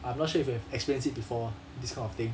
I'm not sure if you have experienced it before this kind of thing